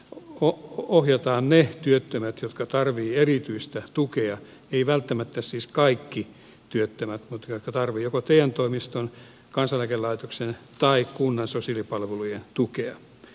yhteispalveluun ohjataan ne työttömät jotka tarvitsevat erityistä tukea ei välttämättä siis kaikki työttömät mutta ne jotka tarvitsevat joko te toimiston kansaneläkelaitoksen tai kunnan sosiaalipalvelujen tukea työllistyäkseen